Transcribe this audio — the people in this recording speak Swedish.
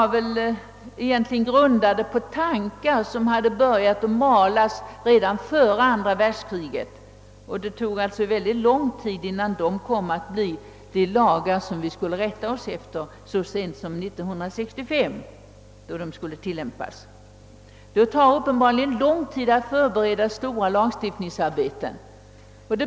De var egentligen grundade på tankar som hade börjat malas redan före andra världskriget. Det tog väldigt lång tid innan dessa tankar kom till uttryck i lagar som vi skulle rätta oss efter. Lagarna började inte tillämpas förrän 1965. Det tar uppenbarligen lång tid att förbereda stora lagstiftningsarbeten.